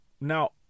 now